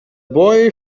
boy